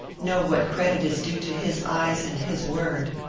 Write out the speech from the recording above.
know what credit is due to his eyes and his word.